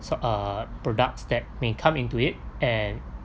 so uh products that may come into it and